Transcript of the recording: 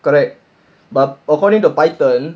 correct but according to python